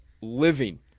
living